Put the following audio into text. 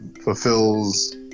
fulfills